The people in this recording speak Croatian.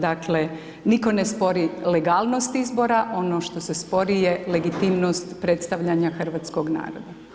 Dakle, nitko ne spori legalnost izbora, ono što se spori je legitimnost predstavljanja hrvatskog naroda.